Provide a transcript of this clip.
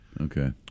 Okay